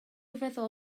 feddwl